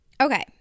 Okay